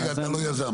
רגע, אתה לא יזם.